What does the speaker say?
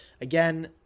Again